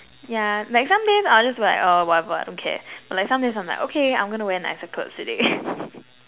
yeah like some days I'll just like oh whatever I don't care but like some days I'm like okay I'm gonna wear nicer clothes today